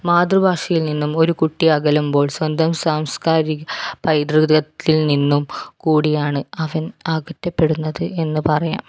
മാതൃഭാഷയിൽ നിന്നും ഒരു കുട്ടി അകലുമ്പോൾ സ്വന്തം സാംസ്കാരിക പൈതൃകത്തിൽ നിന്നും കൂടിയാണ് അവൻ അകറ്റപ്പെടുന്നത് എന്ന് പറയാം